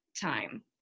time